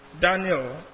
Daniel